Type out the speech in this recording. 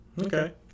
Okay